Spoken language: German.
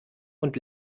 und